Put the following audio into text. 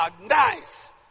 nice